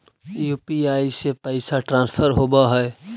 UPI से पैसा transfer होवहै?